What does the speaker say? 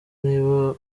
niba